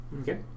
Okay